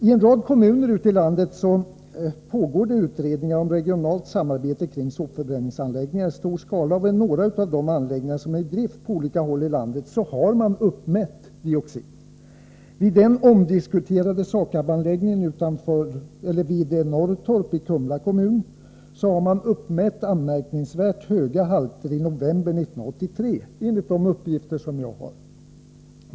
I en rad kommuner i landet pågår utredningar om regionalt samarbete kring sopförbränningsanläggningar i stor skala. Vid några av de anläggningar som är i drift på olika håll i landet har man uppmätt dioxin. Vid den omdiskuterade SAKAB-anläggningen vid Norrtorp i Kumla kommun har man, enligt de uppgifter som jag har fått, uppmätt anmärkningsvärt höga halter i november 1983.